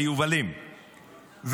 ליובלים,